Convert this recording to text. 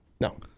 No